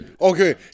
Okay